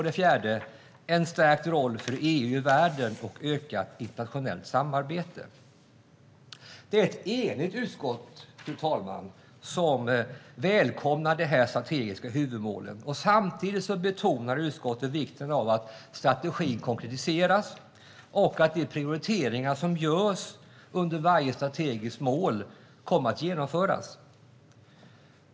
Det fjärde målet är en stärkt roll för EU i världen och ökat internationellt samarbete. Fru talman! Ett enigt utskott välkomnar dessa strategiska huvudmål. Samtidigt betonar utskottet vikten av att strategin konkretiseras och att de prioriteringar som görs under varje strategiskt mål genomförs.